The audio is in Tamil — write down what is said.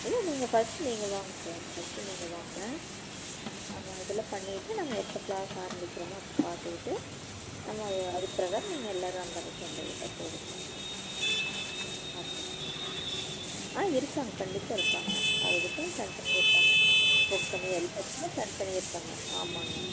இல்லை நீங்கள் ஃபர்ஸ்ட் நீங்கள் வாங்க சார் ஃபர்ஸ்ட்டு நீங்கள் வாங்க ஆமாம் இதெலாம் பண்ணிட்டு நாங்கள் எப்போ க்ளாஸ் ஆரம்பிக்கிறமோ அப்போ பார்த்துகிட்டு நம்ம அது அதுப் பிரகாரம் நீங்கள் எல்லாரும் அந்த அன்றைக்கு வந்துகிட்டா போதுங்க ஓகே ஆ இருக்காங்க கண்டிப்பாக இருக்காங்க அது அதுக்குன்னு தன் தனியாக இருப்பாங்க ஃபோக் தனியாக எல்லாத்துக்குமே தன் தனியாக இருக்காங்க ஆமாங்க